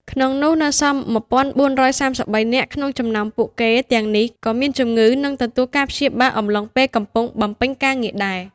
ក្នុងនោះ នៅសល់១៤៣៣នាក់ក្នុងចំនោមពួកគេទាំងនេះក៏មានជំងឺនឹងទទួលការព្យាបាល អំឡុងពេលកំពុងបំពេញការងារដែរ។